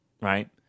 right